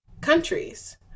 countries